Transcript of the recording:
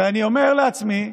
ואני אומר לעצמי: